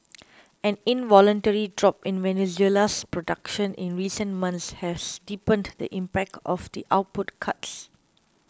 an involuntary drop in Venezuela's production in recent months has deepened the impact of the output cuts